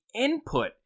input